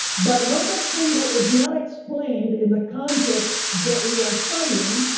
but when the symbol is not explained in the context that we are studying,